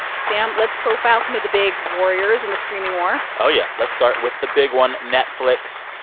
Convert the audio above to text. sam, let's profile some of the big warriors in the streaming war oh, yeah. let's start with the big one, netflix.